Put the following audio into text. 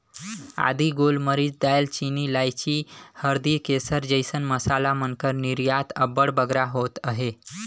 आदी, गोल मरीच, दाएल चीनी, लाइची, हरदी, केसर जइसन मसाला मन कर निरयात अब्बड़ बगरा होत अहे